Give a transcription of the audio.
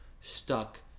stuck